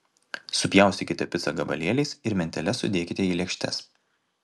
supjaustykite picą gabalėliais ir mentele sudėkite į lėkštes